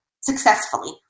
successfully